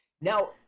now